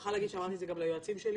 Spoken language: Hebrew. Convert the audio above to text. מוכרחה להגיד שאמרתי את זה גם ליועצים שלי